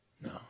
No